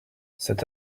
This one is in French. cet